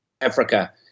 Africa